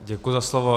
Děkuji za slovo.